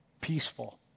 peaceful